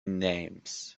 names